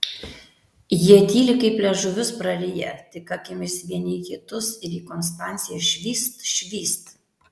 jie tyli kaip liežuvius prariję tik akimis vieni į kitus ir į konstanciją švyst švyst